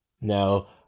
Now